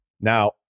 now